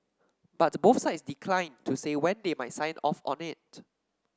but both sides declined to say when they might sign off on it